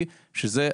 הנושא.